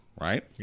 Right